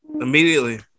Immediately